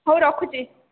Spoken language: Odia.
ହଉ ରଖୁଛି